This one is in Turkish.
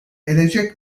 edecek